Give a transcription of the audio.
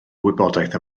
wybodaeth